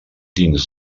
dins